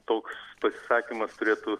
toks pasisakymas turėtų